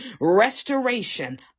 restoration